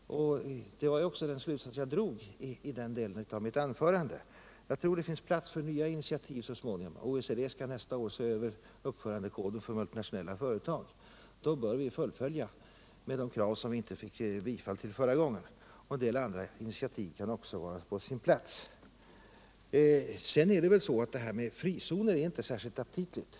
Det var också den slutsats jag drog i den delen av mitt anförande, Jag tror att det så småningom finns plats för nya initiativ. OECD skall nästa år se över uppförandekoden för multinationella företag, och då bör vi fullfölja de krav som inte bifölls förra gången. Vissa andra initiativ kan också vara på sin plats. Sedan är väl detta med frizoner inte särskilt aptitligt.